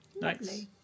Nice